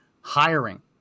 hiring